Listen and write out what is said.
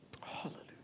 Hallelujah